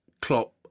Klopp